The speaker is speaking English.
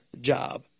job